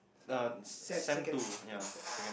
it's like sem~ second second sem